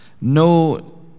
No